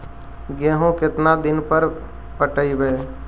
गेहूं केतना दिन पर पटइबै?